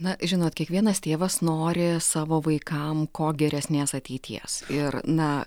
na žinot kiekvienas tėvas nori savo vaikam kuo geresnės ateities ir na